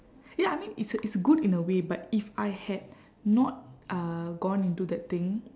ya I mean it's a it's a good in a way but if I had not uh gone into that thing